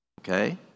okay